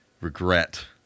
regret